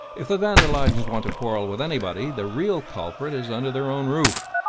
if the van der luydens want to quarrel with anybody, the real culprit is under their own roof.